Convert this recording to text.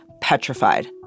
petrified